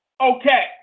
Okay